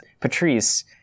Patrice